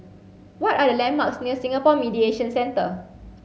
what are the landmarks near Singapore Mediation Centre